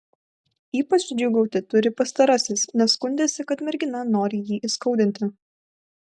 ypač džiūgauti turi pastarasis nes skundėsi kad mergina nori jį įskaudinti